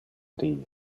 die